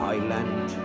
Island